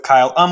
Kyle